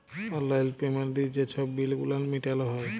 অললাইল পেমেল্ট দিঁয়ে যে ছব বিল গুলান মিটাল হ্যয়